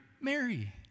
Mary